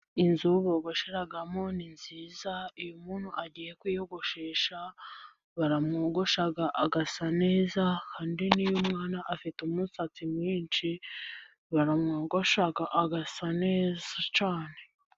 Inzu bogosheramo ni nziza, iyo umuntu agiye kwiyogoshesha baramwogosha agasa neza kandi niyo umwana afite umusatsi mwinshi baramwogosha agasa neza cyane.